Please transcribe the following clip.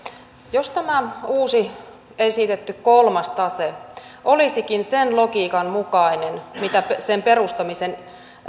jos tämä uusi esitetty kolmas tase olisikin sen logiikan mukainen mitä sen perustamisen